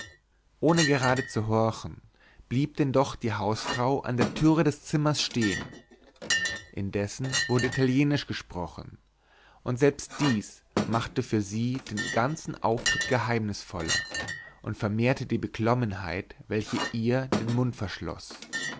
ohne gerade zu horchen blieb denn doch die hausfrau an der türe des zimmers stehen indessen wurde italienisch gesprochen und selbst dies machte für sie den ganzen auftritt geheimnisvoller und vermehrte die beklommenheit welche ihr den mund